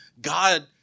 God